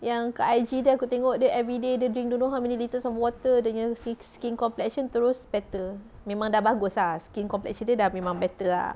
yang kat I_G tu aku tengok dia everyday dia drink don't know how many litres of water dia nya skin complexion terus better memang dah bagus ah skin complexion dia memang dah better ah